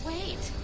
Wait